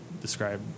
describe